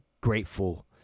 grateful